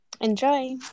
enjoy